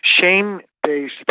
Shame-based